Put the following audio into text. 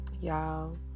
y'all